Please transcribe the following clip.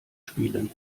spielen